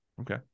okay